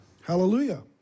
Hallelujah